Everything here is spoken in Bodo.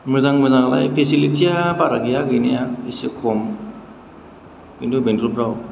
मोजां मोजाङालाय फेसिलिथिया बारा गैया गैनाया इसे खम खिन्थु बेंथलफ्राव